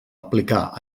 aplicar